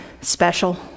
special